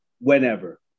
whenever